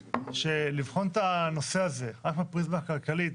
שלבחון את הנושא הזה רק בפריזמה הכלכלית,